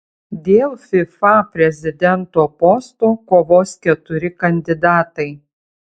dėl fifa prezidento posto kovos keturi kandidatai